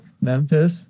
Memphis